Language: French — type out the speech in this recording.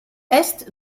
est